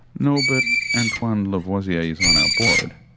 no, but antoine lavoisier is on our board.